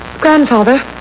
Grandfather